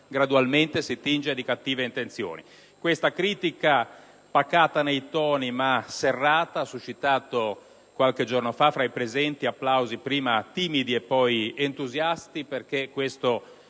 gradualmente si tinge di cattive intenzioni». Questa critica pacata nei toni, ma serrata, ha suscitato qualche giorno fa tra i presenti applausi prima timidi e poi entusiasti, perché egli